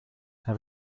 have